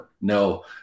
No